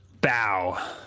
Bow